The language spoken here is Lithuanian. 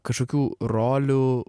kažkokių rolių